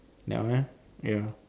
that one ya